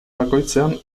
bakoitzean